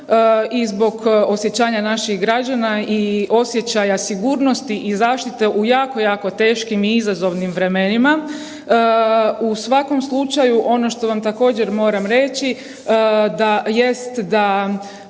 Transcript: i zbog osjećanja naših građana i osjećaja sigurnosti i zaštite u jako, jako teškim i izazovnim vremenima. U svakom slučaju ono što vam također moram reći, jest da